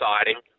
exciting